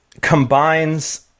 combines